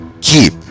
keep